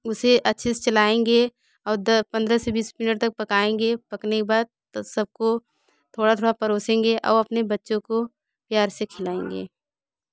उसे अच्छे से चलाएँगे और पंद्रह से बीस मिनट तक पकाएंगे पकने के बाद सबको थोड़ा थोड़ा परोसेंगे और अपने बच्चों को प्यार से खिलाएँगे